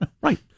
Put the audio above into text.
right